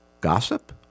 Gossip